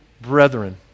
brethren